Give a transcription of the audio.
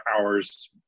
hours